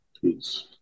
please